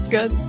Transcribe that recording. Good